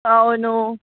అవును